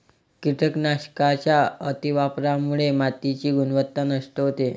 कीटकनाशकांच्या अतिवापरामुळे मातीची गुणवत्ता नष्ट होते